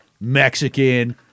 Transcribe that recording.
Mexican